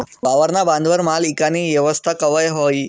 वावरना बांधवर माल ईकानी येवस्था कवय व्हयी?